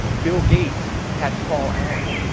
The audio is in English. bill gates had paul allen.